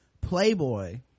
Playboy